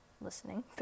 listening